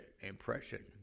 impression